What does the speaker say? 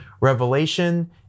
Revelation